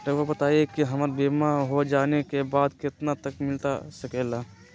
रहुआ बताइए कि हमारा बीमा हो जाने के बाद कितना तक मिलता सके ला?